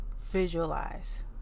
visualize